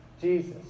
Jesus